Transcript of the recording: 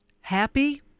happy